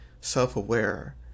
self-aware